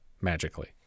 Magically